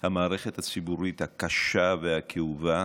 המערכת הציבורית הקשה והכאובה,